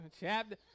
Chapter